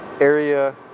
area